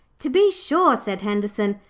to be sure said henderson,